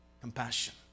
compassion